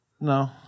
No